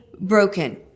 broken